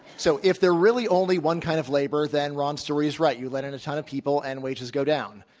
so if there are really only one kind of labor, then ron's theory is right, you let in a ton of people and wages go down.